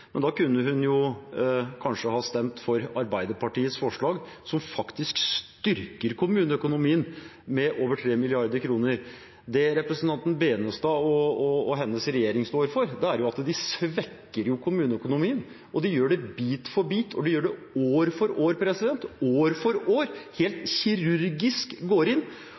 men da kunne hun kanskje ha stemt for Arbeiderpartiets forslag, som faktisk styrker kommuneøkonomien med over 3 mrd. kr. Det representanten Benestad og hennes regjering gjør, er at de svekker kommuneøkonomien, og de gjør det bit for bit, og de gjør det år for år. År for år går de helt kirurgisk inn